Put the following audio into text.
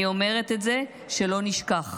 אני אומרת את זה שלא נשכח.